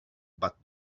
but